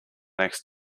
next